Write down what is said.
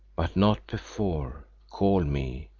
but not before, call me,